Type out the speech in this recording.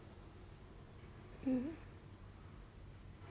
mm